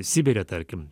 sibire tarkim